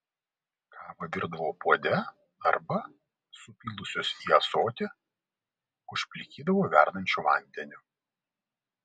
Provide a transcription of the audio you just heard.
kavą virdavo puode arba supylusios į ąsotį užplikydavo verdančiu vandeniu